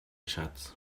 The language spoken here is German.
schatz